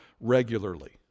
regularly